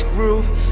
Groove